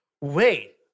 wait